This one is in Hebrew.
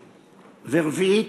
ורביעית,